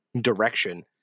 direction